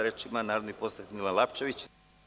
Reč ima narodni poslanik Milan Lapčević.